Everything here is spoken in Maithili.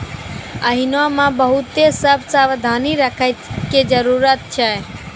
एहनो मे बहुते सभ सावधानी राखै के जरुरत छै